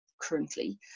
currently